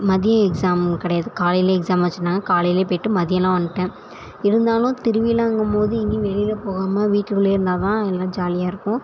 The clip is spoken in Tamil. மதியம் எக்ஸாம் கிடையாது காலையிலேயே எக்ஸாம் வெச்சிருந்தாங்க காலையிலேயே போயிட்டு மதியம்லாம் வந்துட்டேன் இருந்தாலும் திருவிழாங்கும்போது எங்கேயும் வெளியில் போகாமல் வீட்டுக்குள்ளேயே இருந்தால் தான் எல்லாம் ஜாலியாக இருக்கும்